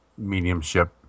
mediumship